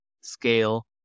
scale